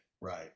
right